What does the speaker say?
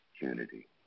unity